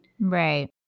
Right